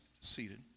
seated